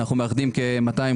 אנחנו מאחדים כ-250